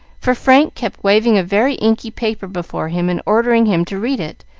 for frank kept waving a very inky paper before him and ordering him to read it,